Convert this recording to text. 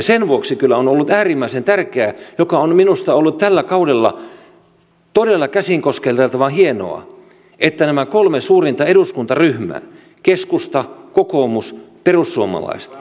sen vuoksi kyllä on ollut äärimmäisen tärkeää mikä on minusta ollut tällä kaudella todella käsin kosketeltavan hienoa että nämä kolme suurinta eduskuntaryhmää keskusta kokoomus perussuomalaiset